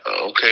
okay